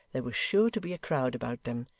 there was sure to be a crowd about them,